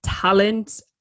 talent